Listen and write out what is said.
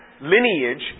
lineage